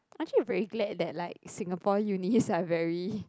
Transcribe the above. I'm actually very glad that like Singapore unis are very